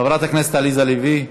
חברת הכנסת עליזה לביא,